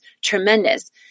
tremendous